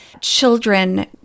children